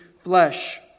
flesh